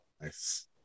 Nice